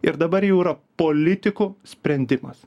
ir dabar jau yra politikų sprendimas